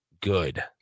good